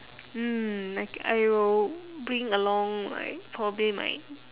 mm I thi~ I will bring along like probably my